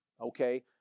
Okay